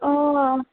অঁ